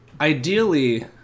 ideally